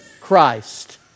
Christ